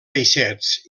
peixets